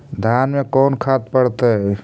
धान मे कोन खाद पड़तै?